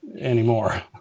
anymore